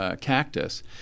cactus